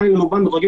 רק בשתי